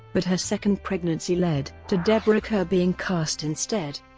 but her second pregnancy led to deborah kerr being cast instead.